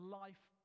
life